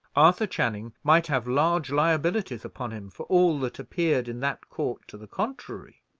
arthur channing might have large liabilities upon him, for all that appeared in that court to the contrary.